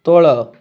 ତଳ